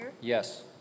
Yes